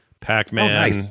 Pac-Man